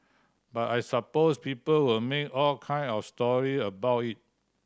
but I suppose people will make all kind of story about it